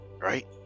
right